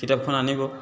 কিতাপখন আনিব